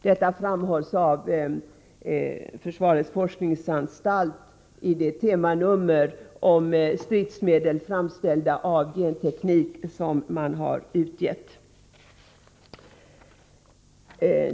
Detta framhålles av försvarets forskningsanstalt i ett temanummer om stridsmedel framställda med genteknik.